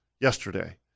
yesterday